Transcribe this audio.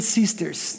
sisters